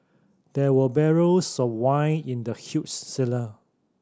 there were barrels of wine in the huge cellar